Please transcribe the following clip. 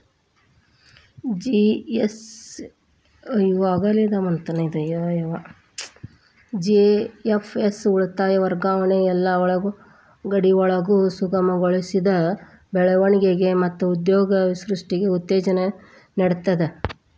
GFS ಉಳಿತಾಯದ್ ವರ್ಗಾವಣಿನ ಯೆಲ್ಲಾ ಗಡಿಯೊಳಗು ಸುಗಮಗೊಳಿಸ್ತದ, ಬೆಳವಣಿಗೆ ಮತ್ತ ಉದ್ಯೋಗ ಸೃಷ್ಟಿಗೆ ಉತ್ತೇಜನ ನೇಡ್ತದ